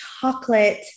chocolate